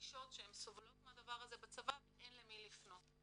שמרגישות שהן סובלות מהדבר הזה בצבא ואין למי לפנות.